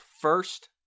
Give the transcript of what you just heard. first